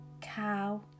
cow